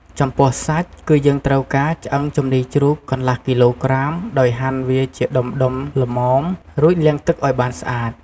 ចំពោះសាច់ គឺយើងត្រូវការ ឆ្អឹងជំនីរជ្រូកកន្លះគីឡូក្រាម ដោយហាន់វាជាដុំៗល្មម រួចលាងទឹកឱ្យបានស្អាត។